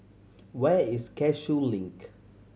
where is Cashew Link